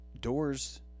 doors